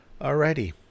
Alrighty